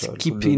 keep